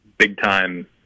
Big-time